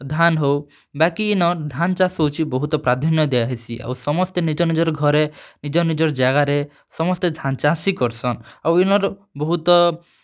ଧାନ୍ ହେଉ ବାକି ଇନ ଧାନ୍ ଚାଷ୍ ହେଉଛେ ବହୁତ୍ ପ୍ରାଧାନ୍ୟ ଦିଆହେସି ଆଉ ସମସ୍ତେ ନିଜେ ନିଜର୍ ଘରେ ନିଜର୍ ନିଜର୍ ଜାଗାରେ ସମସ୍ତେ ଧାନ୍ ଚାଷ୍ ହିଁ କର୍ସନ୍ ଆଉ ଇନର୍ ବହୁତ୍